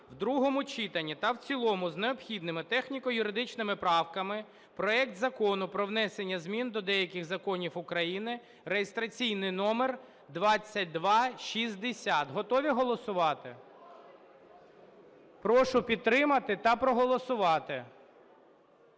в другому читанні та в цілому з необхідними техніко-юридичними правками проект Закону про внесення змін до деяких законів України (реєстраційний номер 2260). Готові голосувати? Прошу підтримати та проголосувати.